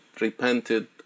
repented